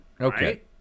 Okay